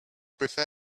prefer